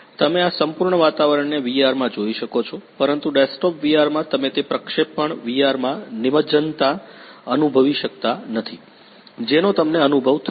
તમે આ સંપૂર્ણ વાતાવરણને VR માં જોઈ શકો છો પરંતુ ડેસ્કટોપ વીઆરમાં તમે તે પ્રક્ષેપણ VR માં નિમજ્જનતા અનુભવી શકતા નથી જેનો તમને અનુભવ થશે